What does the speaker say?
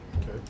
okay